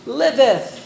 liveth